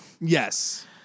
Yes